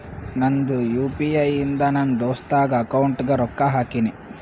ನಂದ್ U P I ಇಂದ ನನ್ ದೋಸ್ತಾಗ್ ಅಕೌಂಟ್ಗ ರೊಕ್ಕಾ ಹಾಕಿನ್